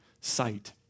sight